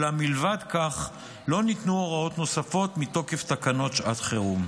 אולם מלבד זאת לא ניתנו הוראות נוספות מתוקף תקנות שעת חירום.